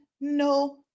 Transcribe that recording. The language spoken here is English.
no